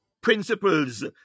principles